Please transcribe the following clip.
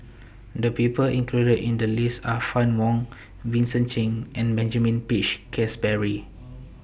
The People included in The list Are Fann Wong Vincent Cheng and Benjamin Peach Keasberry